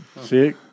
See